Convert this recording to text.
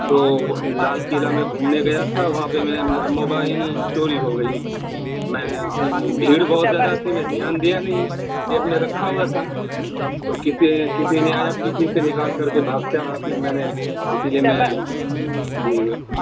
تو لال قلعہ میں گھومنے گیا تھا وہاں پہ میں میرا موبائل چوری ہو گئی میں اصل بھیڑ بہت زیادہ تھی میں دھیان دیا نہیں جیب میں رکھا ہوا تھا تو کسی کسی نے آیا پیچھے سے نکال کر کے بھاگتا رہا پھر میں نے اسی لیے میں جی